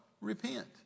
Repent